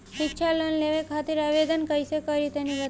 शिक्षा लोन लेवे खातिर आवेदन कइसे करि तनि बताई?